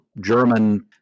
German